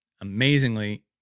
amazingly